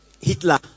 Hitler